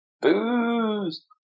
Booze